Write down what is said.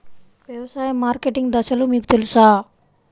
వ్యవసాయ మార్కెటింగ్ దశలు మీకు తెలుసా?